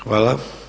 Hvala.